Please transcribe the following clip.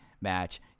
match